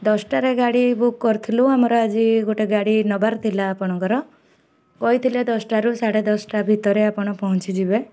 ଦଶଟାରେ ଗାଡ଼ି ବୁକ୍ କରିଥିଲୁ ଆମର ଆଜି ଗୋଟେ ଗାଡ଼ି ନବାର ଥିଲା ଆପଣଙ୍କର କହିଥିଲେ ଦଶଟାରୁ ସାଢ଼େ ଦଶଟା ଭିତରେ ଆପଣ ପହଞ୍ଚିଯିବେ